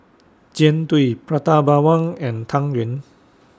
Jian Dui Prata Bawang and Tang Yuen